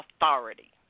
authority